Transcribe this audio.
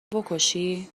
بکشی